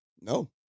No